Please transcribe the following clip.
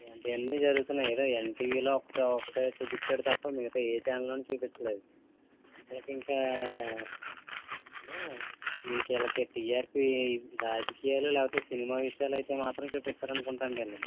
ఇలాంటివి అన్ని జరుగుతున్నాయి ఏదో ఎన్ టీవిలో ఒకటి ఒకటే చూపించాడు తప్ప మిగతా ఏ ఛానల్ లోను చూపించలేదు ఈళ్ళకి ఇంకా ఏమో ఇంక వీళ్ళకి టీఆర్పీ రాజకీయాలు లేకపోతే సినిమా విషయాలు అయితే మాత్రం చూపిస్తారనుకుంటా అండి